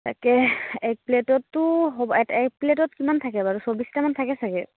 তাকে এক প্লেটতো' এক প্লেটত কিমান থাকে বাৰু চৌব্বিছটামান থাকে চাগে